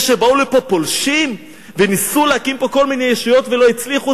זה שבאו לפה פולשים וניסו להקים פה כל מיני ישויות ולא הצליחו,